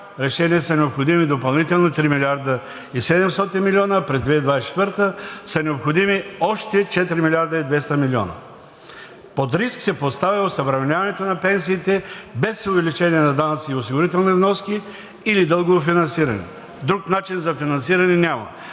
решения са необходими допълнителни 3 милиарда 700 милиона, а през 2024 г. са необходими още 4 милиарда 200 милиона. Под риск се поставя осъвременяването на пенсиите без увеличение на данъци и осигурителни вноски или дългово финансиране. Друг начин за финансиране няма.